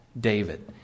David